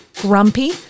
grumpy